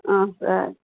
sir